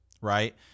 right